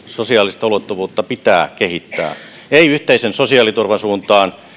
sosiaalista ulottuvuutta pitää kehittää ei yhteisen sosiaaliturvan suuntaan